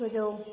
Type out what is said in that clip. गोजौ